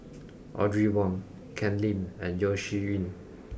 Audrey Wong Ken Lim and Yeo Shih Yun